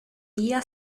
via